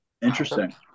interesting